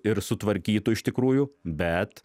ir sutvarkytų iš tikrųjų bet